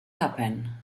happen